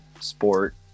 sport